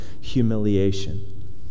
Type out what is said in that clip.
humiliation